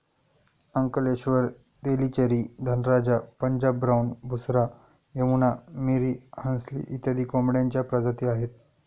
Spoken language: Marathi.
अंकलेश्वर, तेलीचेरी, धनराजा, पंजाब ब्राऊन, बुसरा, यमुना, मिरी, हंसली इत्यादी कोंबड्यांच्या प्रजाती आहेत